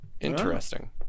Interesting